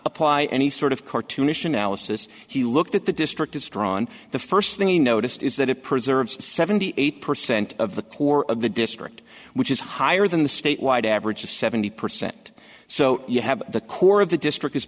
apply any sort of cartoonish analysis he looked at the district it's drawn the first thing he noticed is that it preserves seventy eight percent of the poor of the district which is higher than the statewide average of seventy percent so you have the core of the district